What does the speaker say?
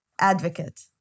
advocate